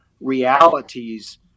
realities